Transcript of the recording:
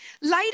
Later